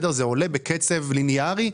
זה עולה בקצב ליניארי.